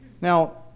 Now